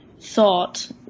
thought